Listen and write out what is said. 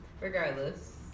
Regardless